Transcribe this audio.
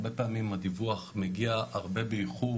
הרבה פעמים הדיווח מגיע הרבה באיחור,